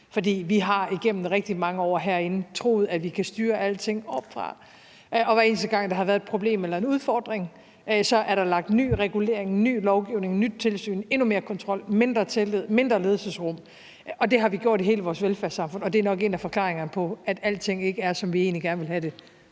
har herinde igennem rigtig mange år troet, at vi kan styre alting oppefra. Hver eneste gang der har været et problem eller en udfordring, er der lagt ny regulering og ny lovgivning, nyt tilsyn, endnu mere kontrol, mindre tillid og mindre ledelsesrum ind. Det har vi gjort i hele vores velfærdssamfund, og det er nok en af forklaringerne på, at alting ikke er, som vi egentlig gerne ville have det